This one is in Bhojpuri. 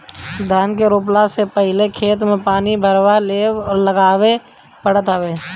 धान के रोपला से पहिले खेत में पानी भरवा के लेव लगावे के पड़त हवे